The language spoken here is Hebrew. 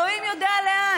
אלוהים יודע לאן,